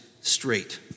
straight